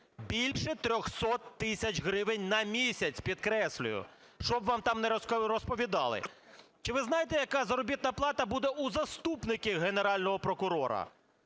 більше 300 тисяч гривень на місяць, підкреслюю, щоб вам там не розповідали. Чи ви знаєте, яка заробітна плата буде у заступників Генерального прокурора?